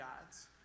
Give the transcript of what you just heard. gods